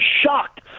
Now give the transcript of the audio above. shocked